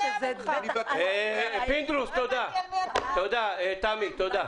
--- פינדרוס, תמי, תודה.